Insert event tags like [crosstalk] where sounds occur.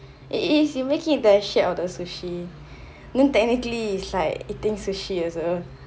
it is you make it the shape of the sushi [breath] then technically it's like eating sushi also